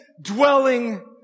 dwelling